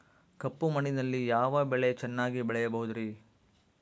ಕಪ್ಪು ಮಣ್ಣಿನಲ್ಲಿ ಯಾವ ಬೆಳೆ ಚೆನ್ನಾಗಿ ಬೆಳೆಯಬಹುದ್ರಿ?